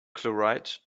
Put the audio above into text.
chloride